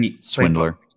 swindler